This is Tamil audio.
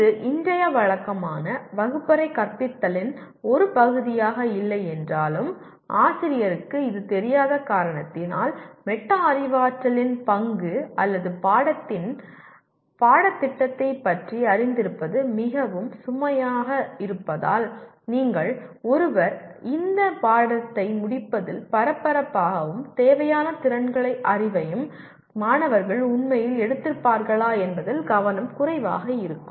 இது இன்றைய வழக்கமான வகுப்பறை கற்பித்தலின் ஒரு பகுதியாக இல்லை என்றாலும் ஆசிரியருக்கு இது தெரியாத காரணத்தினால் மெட்டா அறிவாற்றலின் பங்கு அல்லது பாடத்தின் பாடத்திட்டத்தைப் பற்றி அறிந்திருப்பது மிகவும் சுமையாக இருப்பதால் நீங்கள் ஒருவர் இந்த பாடத்தை முடிப்பதில் பரபரப்பாகவும் தேவையான திறன்களையும் அறிவையும் மாணவர்கள் உண்மையில் எடுத்திருப்பார்களா என்பதில் கவனம் குறைவாக இருக்கும்